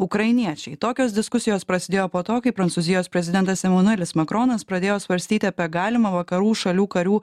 ukrainiečiai tokios diskusijos prasidėjo po to kai prancūzijos prezidentas emanuelis makronas pradėjo svarstyti apie galimą vakarų šalių karių